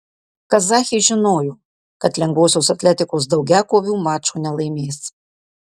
kazachės žinojo kad lengvosios atletikos daugiakovių mačo nelaimės